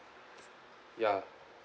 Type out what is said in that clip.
ya